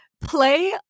play